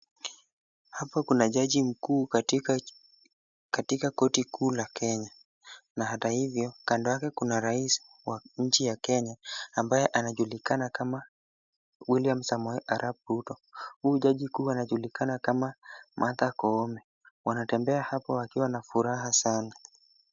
Hapa kuna jaji mkuu katika korti kuu la Kenya na hata hivyo kando yake kuna Rais wa nchi ya Kenya ambaye anajulikana kama William Samoei Arap Ruto. Huyu jaji mkuu anajulikana kama Martha Koome. Wanatembea hapa wakiwa na furaha sana.